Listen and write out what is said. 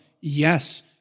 Yes